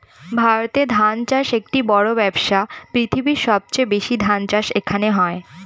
ভারতে ধান চাষ একটি বড়ো ব্যবসা, পৃথিবীর সবচেয়ে বেশি ধান চাষ এখানে হয়